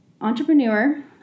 entrepreneur